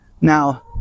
Now